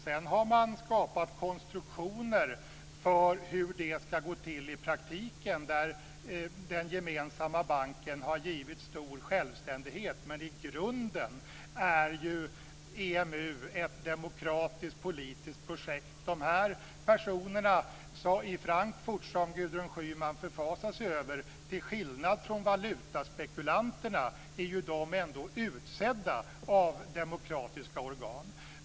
Sedan har man skapat konstruktioner för hur det ska gå till i praktiken, där den gemensamma banken har givits stor självständighet. Men i grunden är EMU ett demokratiskt politiskt projekt. De personer i Frankfurt som Gudrun Schyman förfasar sig över är, till skillnad från valutaspekulanterna, ändå utsedda av demokratiska organ.